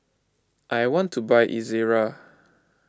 I want to buy Ezerra